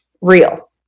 real